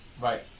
Right